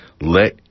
let